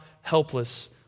helpless